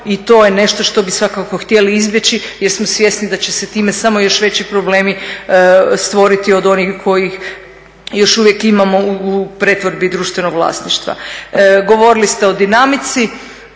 i to je nešto što bi svakako htjeli izbjeći jer smo svjesni da će se tim samo još veći problemi stvoriti od onih koji još uvijek imamo u pretvorbi društvenog vlasništva. Govorili ste o dinamici,